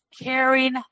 caring